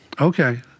Okay